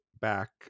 back